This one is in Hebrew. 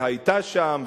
שהיתה שם,